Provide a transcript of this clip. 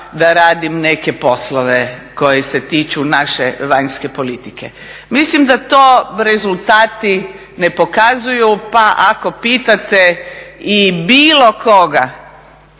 da radim neke poslove koji se tiču naše vanjske politike. Mislim da to rezultati ne pokazuju pa ako pitate i bilo koga